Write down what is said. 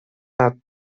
nad